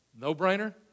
No-brainer